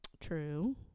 true